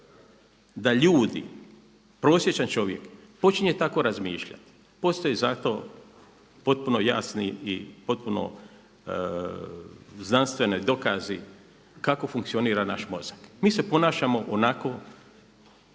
da ljudi, prosječan čovjek počinje tako razmišljati, postoje za to potpuno jasni i potpuno znanstveni dokazi kako funkcionira naš mozak. Mi se ponašamo onako